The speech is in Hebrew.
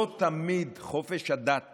לא תמיד חופש הדת